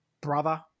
brother